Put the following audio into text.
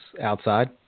outside